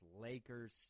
Lakers